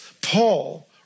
Paul